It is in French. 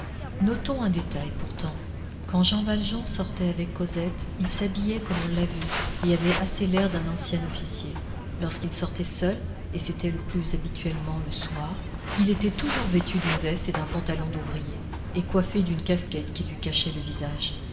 notons un détail pourtant quand jean valjean sortait avec cosette il s'habillait comme on l'a vu et avait assez l'air d'un ancien officier lorsqu'il sortait seul et c'était le plus habituellement le soir il était toujours vêtu d'une veste et d'un pantalon d'ouvrier et coiffé d'une casquette qui lui cachait le visage